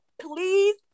Please